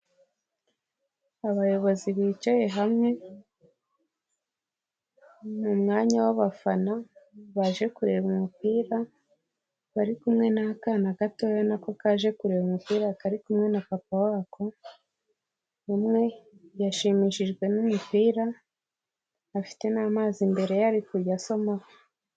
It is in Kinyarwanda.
Abayobozi bicaye hamwe mu mwanya w'abafana baje kureba umupira bari kumwe n'akana gatoya nako kaje kureba umupira kari kumwe na papa wako, umwe yashimishijwe n'umupira afite n'amazi imbere ye ari kujya asomaho.